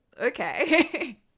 okay